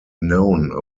known